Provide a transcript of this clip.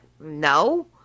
no